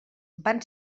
van